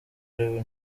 ariwe